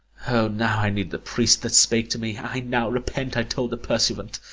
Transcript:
now i need the priest that spake to me i now repent i told the pursuivant,